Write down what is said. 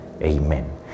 Amen